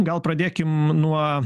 gal pradėkim nuo